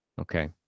okay